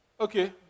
okay